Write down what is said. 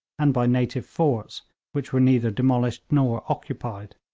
and by native forts which were neither demolished nor occupied.